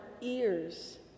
ears